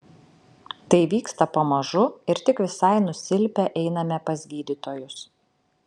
tai vyksta pamažu ir tik visai nusilpę einame pas gydytojus